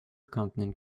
continent